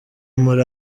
muri